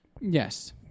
Yes